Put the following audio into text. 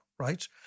right